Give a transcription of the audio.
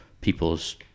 people's